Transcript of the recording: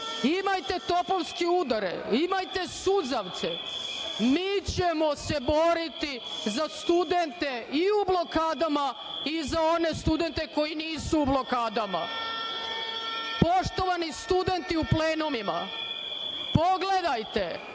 imajte topovske udare, imajte suzavce, mi ćemo se boriti za studente i u blokadama i za one studente koji nisu u blokadama. Poštovani studenti u plenumima, pogledajte